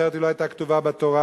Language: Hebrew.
אחרת היא לא היתה כתובה בתורה,